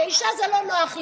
כאישה זה לא נוח לי,